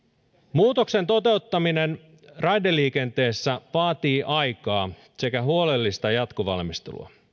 muutoksen toteuttaminen raideliikenteessä vaatii aikaa sekä huolellista jatkovalmistelua